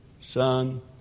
Son